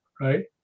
right